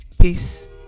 Peace